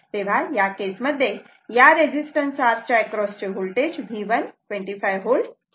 तेव्हा या केस मध्ये या रेजिस्टन्स R च्या एक्रॉसचे होल्टेज V1 25 V आहे